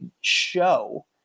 show